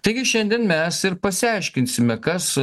taigi šiandien mes ir pasiaiškinsime kas